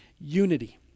unity